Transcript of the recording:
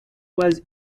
was